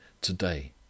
today